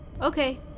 Okay